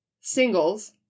singles